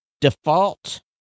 default